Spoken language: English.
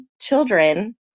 children